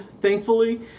thankfully